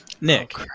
Nick